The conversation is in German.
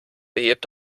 behebt